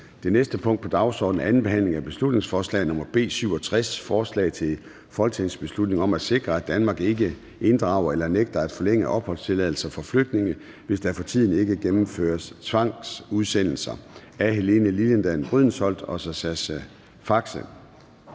Betænkning 31.05.2023). 23) 2. (sidste) behandling af beslutningsforslag nr. B 67: Forslag til folketingsbeslutning om at sikre, at Danmark ikke inddrager eller nægter at forlænge opholdstilladelser for flygtninge, hvis der for tiden ikke gennemføres tvangsudsendelser. Af Helene Liliendahl Brydensholt (ALT) og Sascha